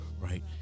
right